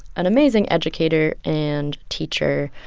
an amazing educator and teacher.